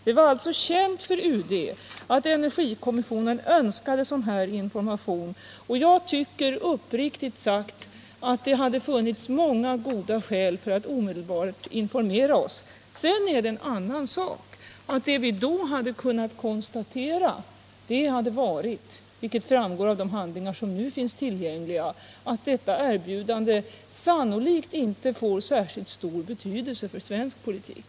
Det var alltså känt för UD att energikommissionen önskade sådan information. Jag tycker uppriktigt sagt att det hade funnits många goda skäl att omedelbart informera oss. Sedan är det en annan sak att det vi då kunnat konstatera hade varit —- vilket framgår av de handlingar som nu finns tillgängliga — att detta erbjudande sannolikt inte får särskilt stor betydelse för svensk politik.